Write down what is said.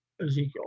Ezekiel